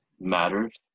matters